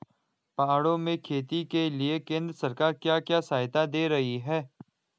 पहाड़ों में खेती के लिए केंद्र सरकार क्या क्या सहायता दें रही है?